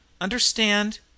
Understand